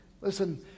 Listen